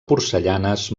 porcellanes